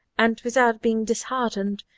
and, without being disheartened,